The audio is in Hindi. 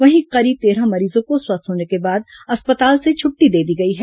वहीं करीब तेरह मरीजों को स्वस्थ होने के बाद अस्पताल से छुट्टी दे दी गई है